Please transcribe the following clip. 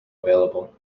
available